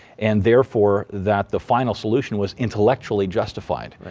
and therefore that the final solution was intellectually justified.